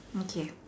okay